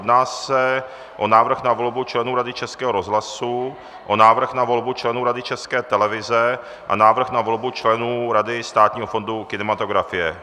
Jedná se o návrh na volbu členů Rady Českého rozhlasu, o návrh na volbu členů Rady České televize a návrh na volbu členů Rady Státního fondu kinematografie.